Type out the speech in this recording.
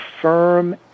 firm